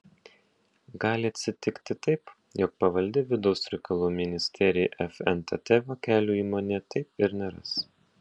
gali atsitikti taip jog pavaldi vidaus reikalų ministerijai fntt vokelių įmonėje taip ir neras